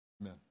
amen